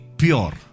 pure